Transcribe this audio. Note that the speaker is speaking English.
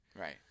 Right